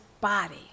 body